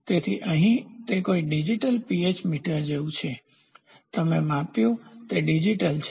તેથી અહીં તે કંઈક ડિજિટલ pH મીટર જેવું છે તમે માપ્યું છે તે ડિજિટલ છે